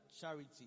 charity